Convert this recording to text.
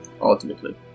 ultimately